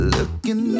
Looking